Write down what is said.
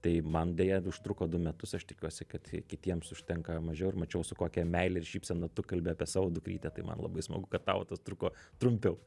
tai man deja užtruko du metus aš tikiuosi kad kitiems užtenka mažiau ir mačiau su kokia meile ir šypsena tu kalbi apie savo dukrytę tai man labai smagu kad tau tas truko trumpiau